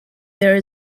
there